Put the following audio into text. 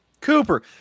Cooper